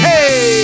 Hey